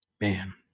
man